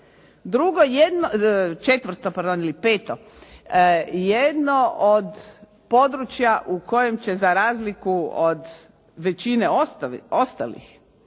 kada se počne provoditi. Peto, jedno od područja u kojem će za razliku od većine ostalih